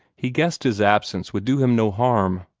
he guessed his absence would do him no harm.